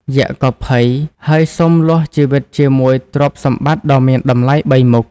យក្សក៏ភ័យ ហើយសុំលោះជីវិតជាមួយទ្រព្យសម្បត្តិដ៏មានតម្លៃបីមុខ។